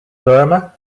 burma